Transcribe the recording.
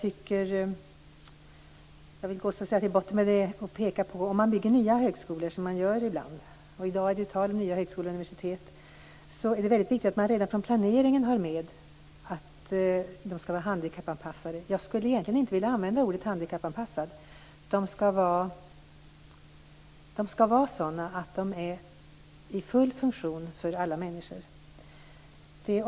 När man bygger nya högskolor och universitet är det väldigt viktigt att man redan vid planeringen har med att de skall vara handikappanpassade. Jag skulle egentligen inte vilja använda ordet handikappanpassade. De skall vara sådana att de är i full funktion för alla människor.